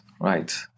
Right